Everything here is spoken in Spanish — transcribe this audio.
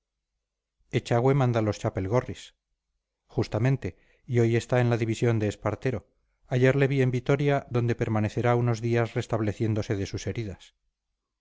encargo echagüe manda los chapelgorris justamente y hoy está en la división de espartero ayer le vi en vitoria donde permanecerá unos días restableciéndose de sus heridas